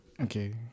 Okay